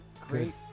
great